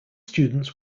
students